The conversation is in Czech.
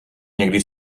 někdy